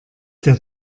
der